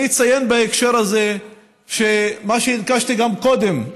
אציין בהקשר הזה מה שהדגשתי גם קודם,